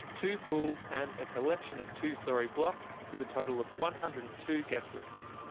two pools and a collection of two-storey blocks with a total of one hundred and two guest rooms.